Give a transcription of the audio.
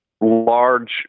large